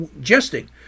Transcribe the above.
jesting